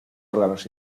órganos